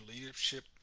Leadership